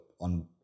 on